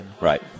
Right